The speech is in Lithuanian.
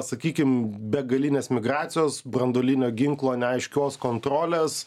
sakykim begalinės migracijos branduolinio ginklo neaiškios kontrolės